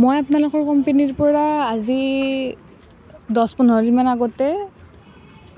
মই আপোনালোকৰ কোম্পানীৰ পৰা আজি দহ পোন্ধৰ দিনমান আগতে